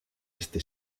este